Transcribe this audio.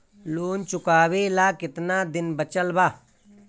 Loan चुकावे ला कितना दिन बचल बा?